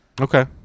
Okay